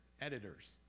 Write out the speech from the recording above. editors